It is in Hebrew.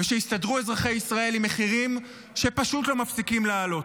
ושיסתדרו אזרחי ישראל עם מחירים שפשוט לא מפסיקים לעלות.